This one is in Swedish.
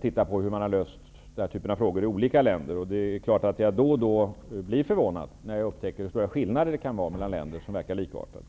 titta på hur man har löst denna typ av frågor i olika länder. Det är klart att jag då och då blir förvånad när jag upptäcker hur stora skillnader det kan vara mellan länder som verkar vara likartade.